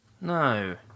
No